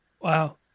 Wow